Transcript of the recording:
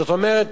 זאת אומרת,